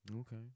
okay